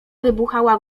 wybuchała